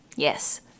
Yes